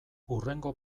hurrengo